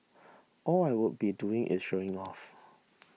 all I would be doing is showing off